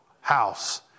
house